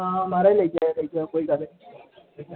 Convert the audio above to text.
हां महाराज लेई आओ लेई आओ कोई गल्ल नी